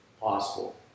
possible